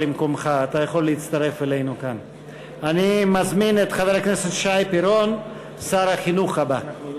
אני מזמין את חבר הכנסת שי פירון, שר החינוך הבא.